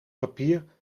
papier